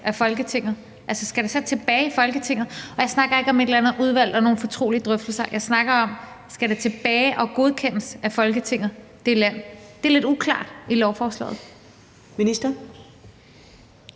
af Folketinget, altså, skal det så tilbage i Folketinget? Og jeg snakker ikke om et eller andet udvalg og nogle fortrolige drøftelser, jeg snakker om landet. Skal det land tilbage og godkendes af Folketinget? Det er lidt uklart i lovforslaget. Kl.